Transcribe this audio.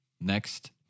next